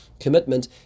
commitment